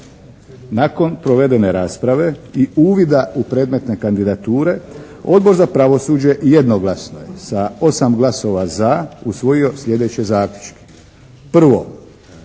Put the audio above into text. Nakon provedene rasprave i uvida u predmetne kandidature, Odbor za pravosuđe jednoglasno je sa 8 glasova za usvojio sljedeće zaključke: 1.